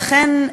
ואכן,